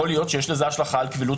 יכול להיות שיש לזה השלכה על קבילות